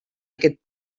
aquest